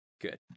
Good